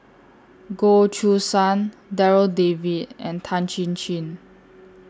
Goh Choo San Darryl David and Tan Chin Chin